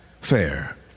fair